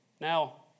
Now